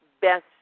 best